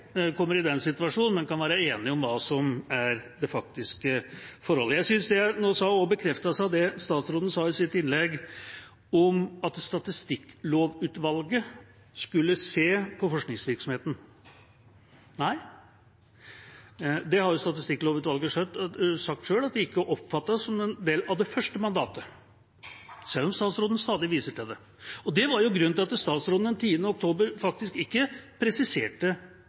kommer i den situasjonen, men kan være enige om hva som er det faktiske forholdet. Jeg synes det hun sa, også er en bekreftelse av det statsråden sa i sitt innlegg om at Statistikklovutvalget skulle se på forskningsvirksomheten. Nei, Statistikklovutvalget har sjøl sagt at de ikke oppfattet det som en del av det første mandatet, sjøl om statsråden stadig viser til det. Det var grunnen til at statsråden den 10. oktober faktisk ikke presiserte